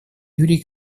юрий